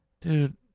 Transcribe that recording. Dude